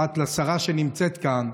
פרט לשרה שנמצאת כאן,